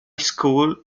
school